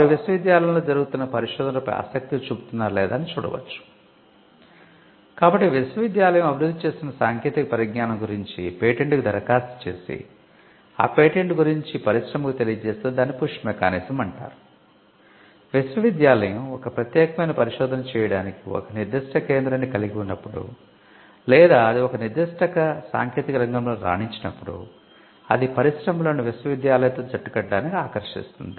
ఒకటి అది పరిశ్రమల్ని ఆకర్షిస్తుంది